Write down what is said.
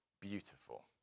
beautiful